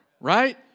Right